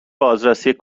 بازرسی